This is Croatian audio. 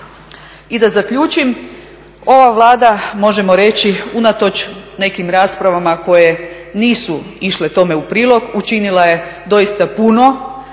I da zaključim. Ova Vlada možemo reći unatoč nekim raspravama koje nisu išle tome u prilog učinila je doista puno